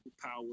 power